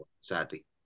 Sadly